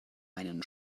einen